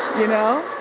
you know?